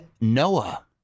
Noah